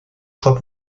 choix